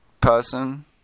person